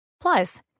Plus